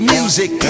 Music